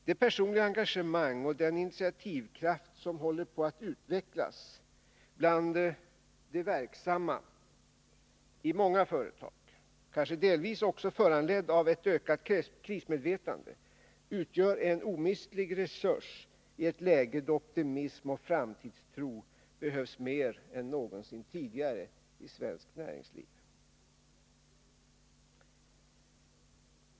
Det personliga engagemang och den initiativkraft som håller på att utvecklas bland de verksamma i många företag — kanske delvis föranledd av ett ökat ”krismedvetande” — utgör en omistlig resurs i ett läge där optimism och framtidstro behövs mer än någonsin tidigare i svenskt näringsliv.